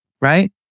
right